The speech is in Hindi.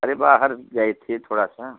अरे बाहर गए थे थोड़ा सा